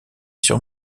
sur